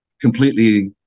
completely